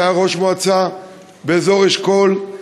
שהיה ראש מועצה באזור אשכול,